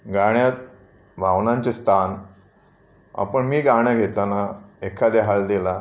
गाण्यात भावनांचे स्थान आपण मी गाणं घेताना एखाद्या हळदीला